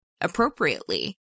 appropriately